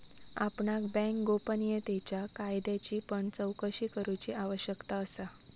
आपणाक बँक गोपनीयतेच्या कायद्याची पण चोकशी करूची आवश्यकता असा